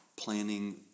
Planning